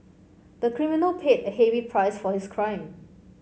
the criminal paid a heavy price for his crime